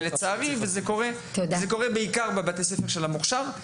וזה קורה בעיקר בבתי הספר של המוכש"ר,